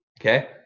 Okay